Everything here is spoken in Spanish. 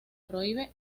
prohíbe